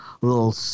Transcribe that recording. little